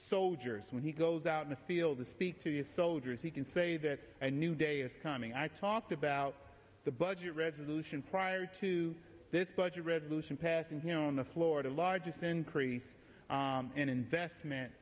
soldiers when he goes out in the field to speak to the soldiers he can say that and new day is coming i talked about the budget resolution prior to this budget resolution passing here on the florida largest increase in investment